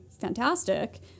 fantastic